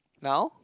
now